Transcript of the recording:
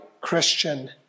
Christian